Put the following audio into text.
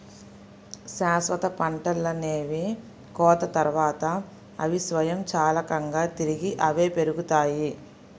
శాశ్వత పంటలనేవి కోత తర్వాత, అవి స్వయంచాలకంగా తిరిగి అవే పెరుగుతాయి